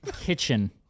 kitchen